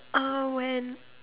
uh when